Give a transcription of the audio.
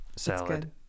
Salad